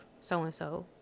so-and-so